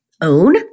own